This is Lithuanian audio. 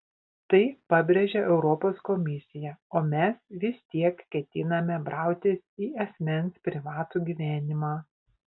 tai pabrėžia europos komisija o mes vis tiek ketiname brautis į asmens privatų gyvenimą